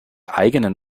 eigenen